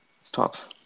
Stops